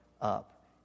up